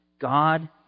God